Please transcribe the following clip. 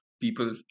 people